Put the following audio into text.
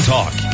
Talk